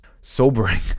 sobering